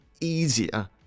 easier